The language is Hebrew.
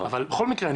אבל בכל מקרה,